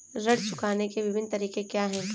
ऋण चुकाने के विभिन्न तरीके क्या हैं?